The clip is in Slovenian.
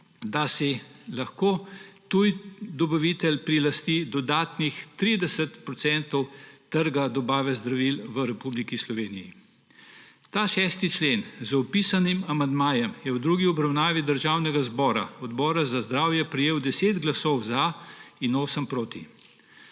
da si lahko tuj dobavitelj prilasti dodatnih 30 procentov trga dobave zdravil v Republiki Sloveniji. Ta 6. člen z opisanim amandmajem je v drugi obravnavi Državnega zbora, Odbora za zdravje, prejel 10 glasov za in 8 proti.